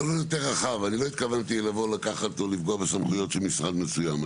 אני לא התכוונתי לבוא לקחת או לפגוע בסמכויות של משרד מסוים.